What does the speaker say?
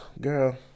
Girl